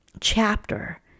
chapter